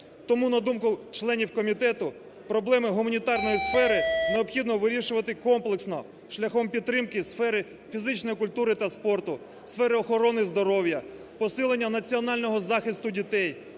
Тому, на думку членів комітету, проблеми гуманітарної сфери необхідно вирішувати комплексно, шляхом підтримки сфери фізичної культури та спорту, сфери охорони здоров'я, посилення національного захисту дітей,